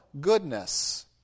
goodness